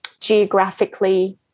geographically